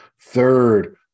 Third